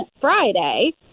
Friday